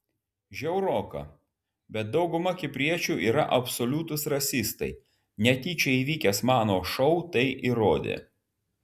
žiauroka bet dauguma kipriečių yra absoliutūs rasistai netyčia įvykęs mano šou tai įrodė